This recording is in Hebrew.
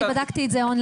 אני בדקתי את זה אונליין,